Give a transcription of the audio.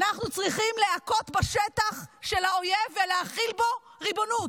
אנחנו צריכים להכות בשטח של האויב ולהחיל בו ריבונות.